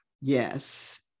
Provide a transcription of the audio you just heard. yes